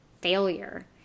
failure